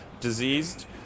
diseased